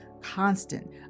constant